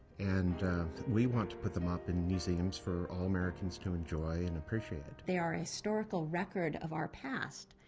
and we want to put them up in museums for all americans to enjoy and appreciate. they are a historical record of our past,